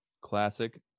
Classic